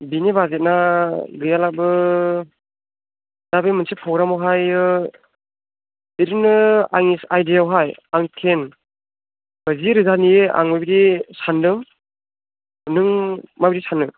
बिनि बाजेटना गैयाब्लाबो दा बे मोनसे पग्रामावहाय बिदिनो आंनि आइडियावहाय आं टेन जि रोजानि आंबो बिदि सानदों नों माबिदि सानो